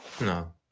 No